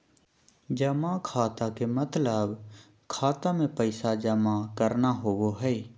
जमा खाता के मतलब खाता मे पैसा जमा करना होवो हय